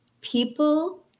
people